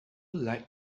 like